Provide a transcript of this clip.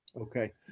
Okay